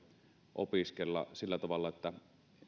opiskella sillä tavalla että